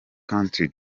country